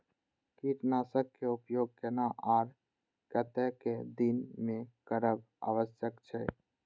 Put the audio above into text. कीटनाशक के उपयोग केना आर कतेक दिन में करब आवश्यक छै?